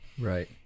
Right